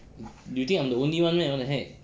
you think I'm the only one meh what the heck